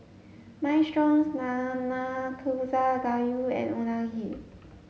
Minestrone Nanakusa Gayu and Unagi